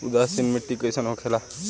उदासीन मिट्टी कईसन होखेला?